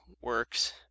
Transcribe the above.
works